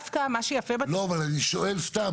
לא, אבל אני שואל סתם.